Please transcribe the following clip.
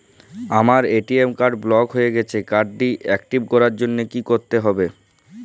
আমার ATM card block হয়ে গেছে কার্ড টি একটিভ করার জন্যে কি করতে হবে?